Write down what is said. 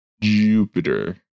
Jupiter